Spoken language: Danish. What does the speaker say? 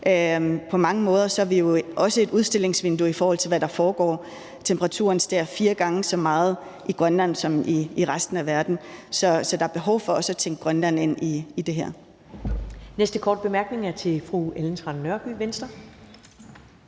På mange måder er vi jo også et udstillingsvindue, i forhold til hvad der foregår. Temperaturen stiger fire gange så meget i Grønland som i resten af verden, så der er behov for også at tænke Grønland ind i det her.